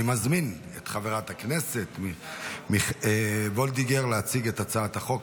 אני מזמין את חברת הכנסת וולדיגר להציג את הצעת החוק.